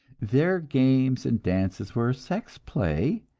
their games and dances were sex play,